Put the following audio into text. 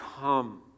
Come